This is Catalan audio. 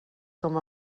com